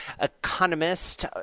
Economist